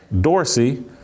Dorsey